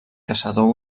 caçador